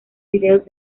videos